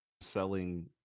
selling